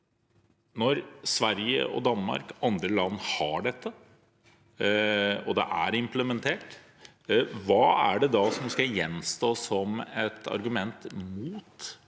Når Sverige, Danmark og andre land har innført dette, og det er implementert, hva er det da som gjenstår som argument mot